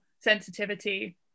sensitivity